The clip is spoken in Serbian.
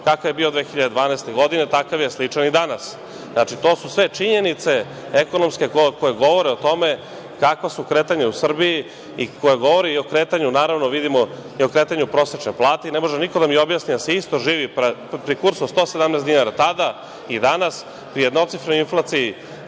Kakav je bio 2012. godine, takav je sličan i danas. Znači, to su sve činjenice ekonomske koje govore o tome kakva su kretanja u Srbiji i koja govori i o kretanju, naravno, vidimo, prosečne plate i ne može niko da mi objasni da se isto živi pri kursu od 117 dinara tada i danas u jednocifrenoj inflaciji